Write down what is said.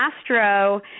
Astro